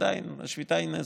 עדיין השביתה היא נזק.